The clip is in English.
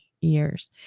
years